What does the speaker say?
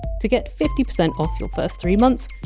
to get fifty percent off your first three months,